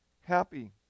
happy